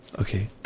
Okay